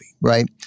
right